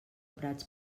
prats